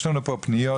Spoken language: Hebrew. יש לנו פה פניות,